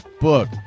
book